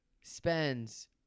spends